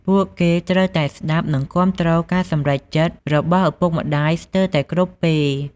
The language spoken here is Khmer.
ពួកគេត្រូវតែស្ដាប់ និងគាំទ្រការសម្រេចចិត្តរបស់ឪពុកម្តាយស្ទើតែគ្រប់ពេល។